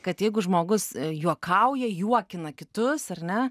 kad jeigu žmogus juokauja juokina kitus ar ne